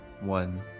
one